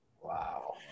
Wow